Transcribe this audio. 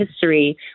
history